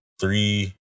three